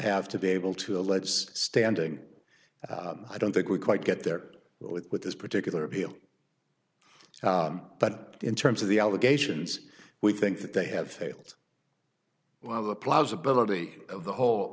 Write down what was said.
have to be able to allege standing i don't think we quite get there with with this particular appeal but in terms of the allegations we think that they have failed well the ploughs ability of the whole